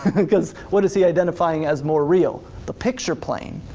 cause what is he identifying as more real? the picture plane.